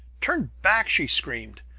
turn back! she screamed.